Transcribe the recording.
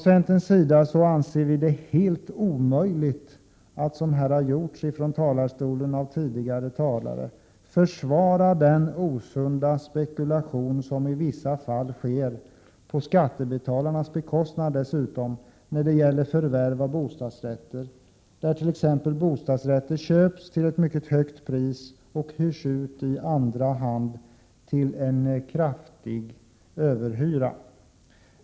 Centern anser det helt omöjligt att — som några tidigare talare har gjort — försvara den osunda spekulation som i vissa fall sker på skattebetalarnas bekostnad vid förvärv av bostadsrätter i och med att bostadsrätter köps till ett mycket högt pris och sedan hyrs ut i andra hand till kraftig överhyra.